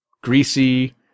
greasy